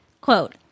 Quote